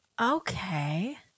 Okay